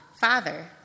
Father